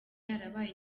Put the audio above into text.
yarabaye